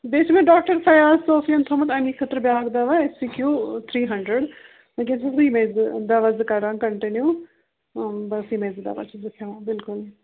بیٚیہِ چھُ مےٚ ڈاکٹر فَیاض صوفیَن تھوٚومُت اَمی خٲطرٕ بیٛاکھ دوا اٮ۪س سی کیو تھرٛی ہنٛڈرنٛڈ وُنکٮ۪نس چھَس بہٕ یِمَے زٕ دوا زٕ کَران کَنٹِنیٛوٗ آ بَس یِمَے زٕ دوا چھَس بہٕ کھٮ۪وان بِلکُل